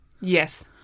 Yes